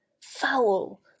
foul